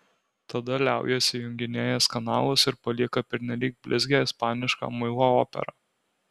tada liaujasi junginėjęs kanalus ir palieka pernelyg blizgią ispanišką muilo operą